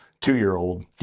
two-year-old